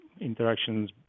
interactions